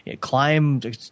climb